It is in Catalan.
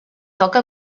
toca